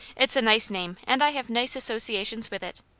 it's a nice name, and i have nice associations with it.